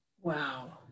Wow